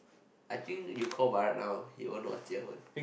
I think you call Barak now he will know what is Jie-Hwen